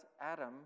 Adam